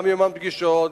גם כיומן פגישות,